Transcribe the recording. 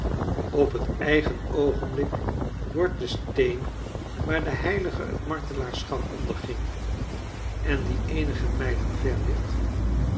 op het cigen oogcnblik wordt de steen waar de heilige het martelaarschap onderging en die eenige mijlen ver